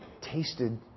tasted